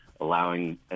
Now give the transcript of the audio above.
allowing